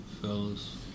Fellas